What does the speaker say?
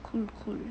cool cool